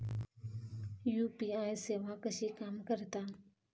UPI सेवा कशी काम करता?